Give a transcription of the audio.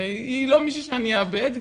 והיא לא מישהו שאני אאבד,